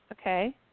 Okay